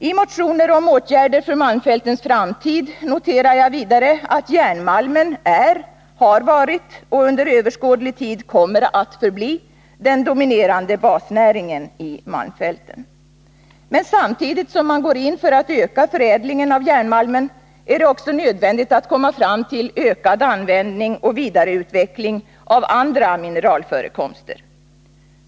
I motionen om åtgärder för malmfältens framtid noterar jag vidare att järnmalmen har varit och under överskådlig kommer att förbli den dominerande basnäringen i malmfälten. Men samtidigt som man går in för att öka förädlingen av järnmalmen är det också nödvändigt att komma fram till ökad användning och vidareutveckling av andra mineralförekomster.